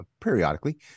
periodically